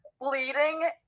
bleeding